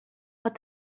but